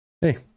hey